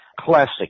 Classic